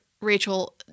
Rachel